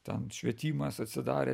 ten švietimas atsidarė